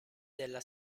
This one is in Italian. della